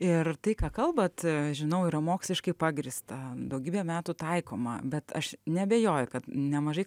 ir tai ką kalbat žinau yra moksliškai pagrįsta daugybę metų taikoma bet aš neabejoju kad nemažai